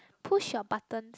push your buttons